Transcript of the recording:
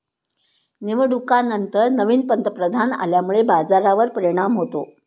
निवडणुकांनंतर नवीन पंतप्रधान आल्यामुळे बाजारावर परिणाम होतो